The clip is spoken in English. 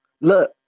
Look